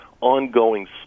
ongoing